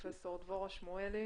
תודה.